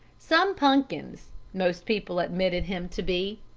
some punkins most people admitted him to be,